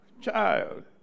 child